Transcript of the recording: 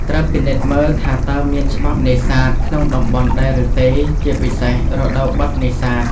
ត្រូវពិនិត្យមើលថាតើមាន ច្បាប់នេសាទ ក្នុងតំបន់ដែរឬទេ ជាពិសេសរដូវបិទនេសាទ។